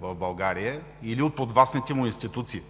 в България, или от подвластните му институции.